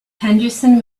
henderson